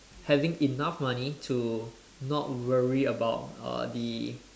having enough money to not worry about uh the